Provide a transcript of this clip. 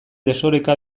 desoreka